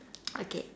okay